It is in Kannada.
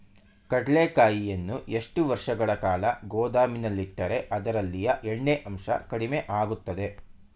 ಕಡ್ಲೆಕಾಯಿಯನ್ನು ಎಷ್ಟು ವರ್ಷಗಳ ಕಾಲ ಗೋದಾಮಿನಲ್ಲಿಟ್ಟರೆ ಅದರಲ್ಲಿಯ ಎಣ್ಣೆ ಅಂಶ ಕಡಿಮೆ ಆಗುತ್ತದೆ?